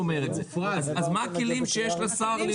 אז מה הכלים שיש לשר לבדוק?